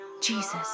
Jesus